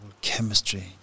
chemistry